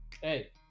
hey